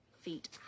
feet